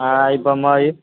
आ बम्बइ